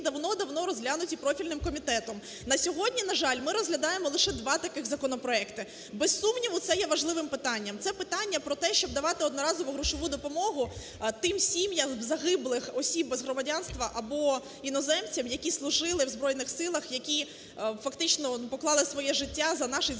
давно-давно розглянуті профільним комітетом. На сьогодні, на жаль, ми розглядаємо лише два таких законопроекти. Без сумніву, це є важливим питанням. Це питання про те, щоб давати одноразову грошову допомогу тим сім'ям загиблих осіб без громадянства або іноземцям, які служили в Збройних Силах, які фактично, ну, поклали своє життя за наший з вами